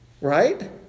Right